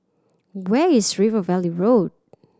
where is River Valley Road